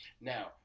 Now